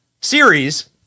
series